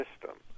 system